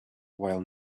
while